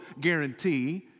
guarantee